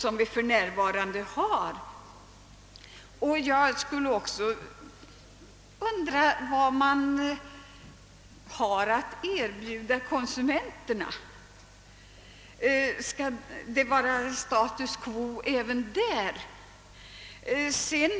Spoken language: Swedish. Jag undrar också vad man har att erbjuda konsumenterna, Skall det vara status quo även därvidlag?